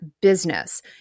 business